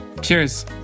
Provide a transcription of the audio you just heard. cheers